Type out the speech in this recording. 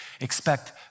Expect